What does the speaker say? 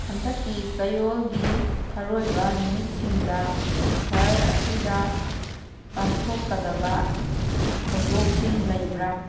ꯍꯟꯗꯛꯀꯤ ꯆꯌꯣꯜꯒꯤ ꯑꯔꯣꯏꯕ ꯅꯨꯃꯤꯠꯁꯤꯡꯗ ꯁꯍꯔ ꯑꯁꯤꯗ ꯄꯥꯡꯊꯣꯛꯀꯗꯕ ꯊꯧꯗꯣꯛꯁꯤꯡ ꯂꯩꯕ꯭ꯔ